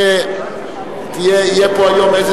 איסור אפליה מטעמי ארץ